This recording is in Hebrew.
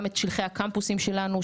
גם את שליחי הקמפוסים שלנו,